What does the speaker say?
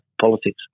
politics